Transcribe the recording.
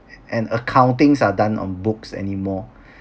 and accountings are done on books anymore